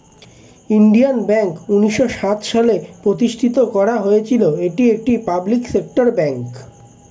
Indian Bank উন্নিশো সাত সালে প্রতিষ্ঠিত করা হয়েছিল, এটি একটি পাবলিক সেক্টর ব্যাঙ্ক